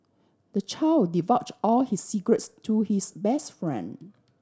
the child divulge all his secrets to his best friend